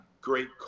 great